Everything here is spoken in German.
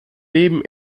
leben